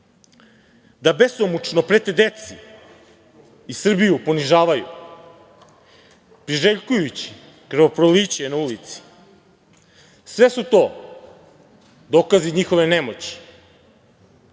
da besomučno prete deci i Srbiju ponižavaju, priželjkujući krvoproliće na ulici. Sve su to dokazi njihove nemoći. Danas